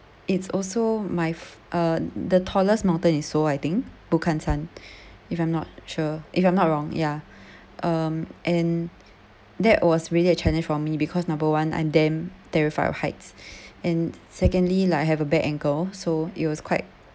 it's also my uh the tallest mountain in seoul I think bukhansan if I'm not sure if I'm not wrong ya um and that was really a challenge for me because number one I'm damn terrified of heights and secondly like I have a bad ankle so it was quite